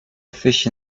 fish